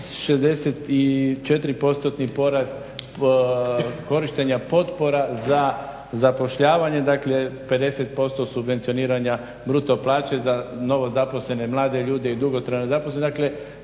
64% porast korištenja potpora za zapošljavanje. Dakle, 50% subvencioniranja bruto plaće za novozaposlene mlade ljude i dugotrajno zaposlene. Dakle,